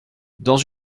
dans